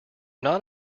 not